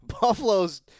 Buffalo's